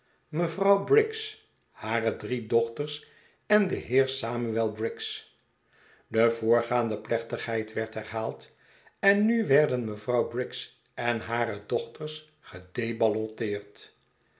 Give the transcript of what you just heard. mevrouw briggs hare drie dochters en de heer samuel briggs de voorgaande plechtigheid werd herhaald en nu werden mevrouw briggs en hare dochters